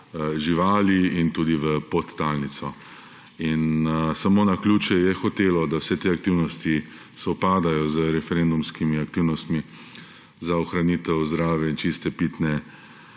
živali in tudi v podtalnico. In samo naključje je hotelo, da vse te aktivnosti sovpadajo z referendumskimi aktivnostmi za ohranitev zdrave in čiste pitne